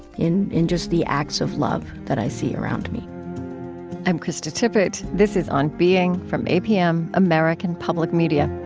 in in just the acts of love that i see around me i'm krista tippett. this is on being from apm, american public media